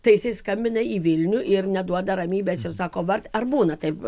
tai jisai skambina į vilnių ir neduoda ramybės ir sako bart ar būna taip